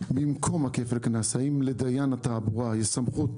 במקום כפל הקנס, האם לדיין התעבורה יש סמכות